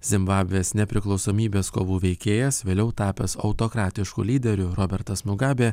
zimbabvės nepriklausomybės kovų veikėjas vėliau tapęs autokratišku lyderiu robertas mugabė